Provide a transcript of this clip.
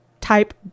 type